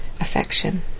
affection